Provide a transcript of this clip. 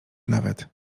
nawet